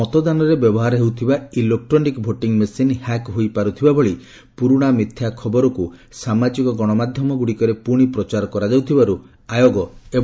ମତଦାନରେ ବ୍ୟବହାର ହେଉଥିବା electronic voting machine hack ହୋଇ ପାରୁଥିବା ଭଳି ପୁରୁଣା ମିଥ୍ୟା ଖବରକୁ ସାମାଜିକ ଗଣମାଧ୍ୟମଗୁଡିକରେ ପୁଣି ପ୍ରଚାର କରାଯାଉଥିବାରୁ ଆୟୋଗ ଏଭଳି ଚେତାବନୀ ଦେଇଛନ୍ତି